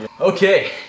Okay